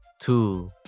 two